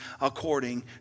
according